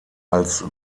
als